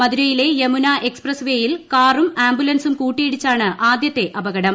മഥുരയിലെ യമുന എക്സ്പ്രസ്വെയിൽ കാറും ആംബുലൻസും കൂട്ടിയിടിച്ചാണ് ആദ്യത്തെ അപകടം